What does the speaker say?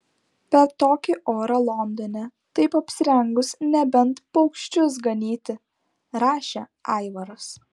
per tokį orą londone taip apsirengus nebent paukščius ganyti rašė aivaras